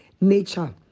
nature